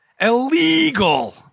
Illegal